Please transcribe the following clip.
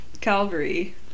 Calvary